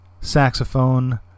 saxophone